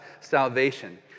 salvation